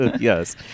Yes